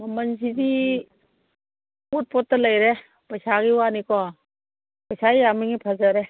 ꯃꯃꯜꯁꯤꯗꯤ ꯄꯣꯠ ꯄꯣꯠꯇ ꯂꯩꯔꯦ ꯄꯩꯁꯥꯒꯤ ꯋꯥꯅꯤꯀꯣ ꯄꯩꯁꯥ ꯌꯥꯝꯃꯤꯕꯃꯈꯩ ꯐꯖꯔꯦ